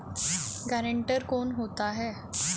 Guarantor कौन होता है?